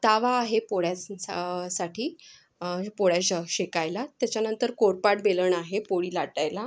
तवा आहे पोळ्यां स् सा साठी हे पोळ्या श शेकायला त्याच्यानंतर पोळपाट बेलण आहेत पोळी लाटायला